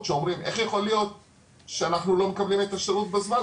שאומרים איך יכול להיות שאנחנו לא מקבלים את השירות בזמן?